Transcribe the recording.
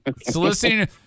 Soliciting